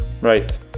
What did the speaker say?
Right